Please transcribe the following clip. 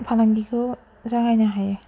फालांगिखौ जागायनो हायो